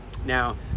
Now